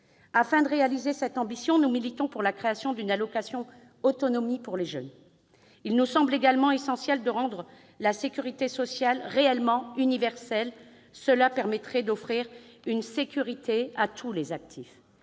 Afin de réaliser cette ambition, nous militons pour la création d'une allocation autonomie pour les jeunes. Il nous semble également essentiel de rendre la sécurité sociale réellement universelle. Cela permettrait d'offrir une sécurité à tous actifs.